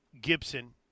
Gibson